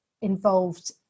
involved